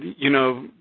you know,